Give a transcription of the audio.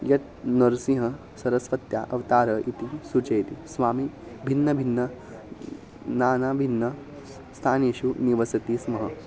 यत् नर्सिंहसरस्वत्या अवतारः इति सूचयति स्वामि भिन्नभिन्न नाना भिन्न स्थानेषु निवसति स्म